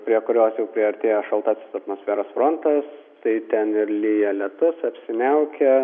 prie kurios jau priartėjo šaltasis atmosferos frontas tai ten ir lija lietus apsiniaukia